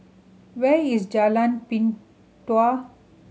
where is Jalan Pintau